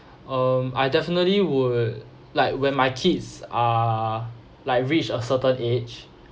um I definitely would like when my kids are like reached a certain age